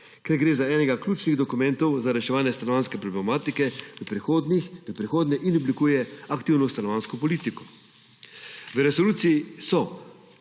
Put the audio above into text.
Gre za enega ključnih dokumentov za reševanje stanovanjske problematike v prihodnje, ki oblikuje aktivno stanovanjsko politiko. V resoluciji so